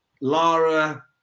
Lara